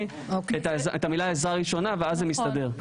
את המילה "עזרה ראשונה" ואז זה מסתדר.